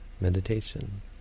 meditation